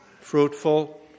fruitful